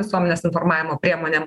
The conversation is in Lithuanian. visuomenės informavimo priemonėm